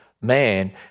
man